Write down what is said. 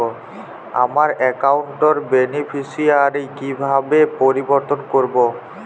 আমার অ্যাকাউন্ট র বেনিফিসিয়ারি কিভাবে পরিবর্তন করবো?